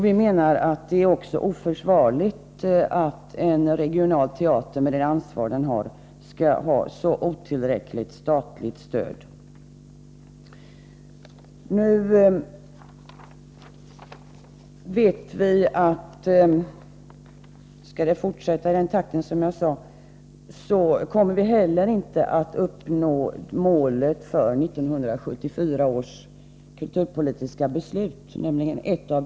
Vi menar att det också är oförsvarligt att en regional teater, med det ansvar den har, skall ha så otillräckligt statligt stöd. Nu vet vi att om det skall fortsätta i den takt som jag nämnde, kommer vi heller inte att uppnå ett av delmålen i 1974 års kulturpolitiska beslut.